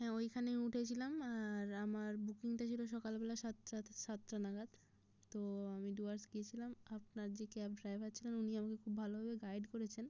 হ্যাঁ ওইখানেই উঠেছিলাম আর আমার বুকিংটা ছিলো সকালবেলা সাত সাত সাতটা নাগাদ তো আমি ডুয়ার্স গিয়েছিলাম আপনার যে ক্যাব ড্রাইভার ছিলেন উনি আমাকে খুব ভালোভাবে গাইড করেছেন